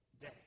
day